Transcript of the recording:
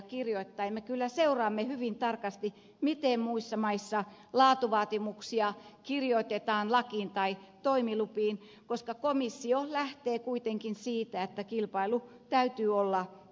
me kyllä seuraamme hyvin tarkasti miten muissa maissa laatuvaatimuksia kirjoitetaan lakiin tai toimilupiin koska komissio lähtee kuitenkin siitä että kilpailun täytyy olla avointa